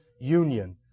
union